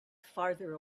farther